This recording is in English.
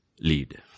lead